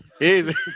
easy